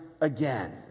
again